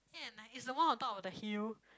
eight and nine is the one on top of the hill